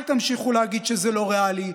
אל תמשיכו להגיד שזה לא ריאלי,